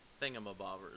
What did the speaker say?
Thingamabobbers